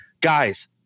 guys